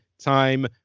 time